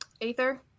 aether